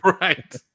Right